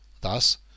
Thus